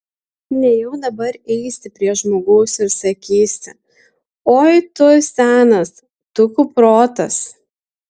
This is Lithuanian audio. nejau dabar eisi prie žmogaus ir sakysi oi tu senas tu kuprotas